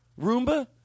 Roomba